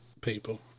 people